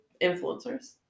influencers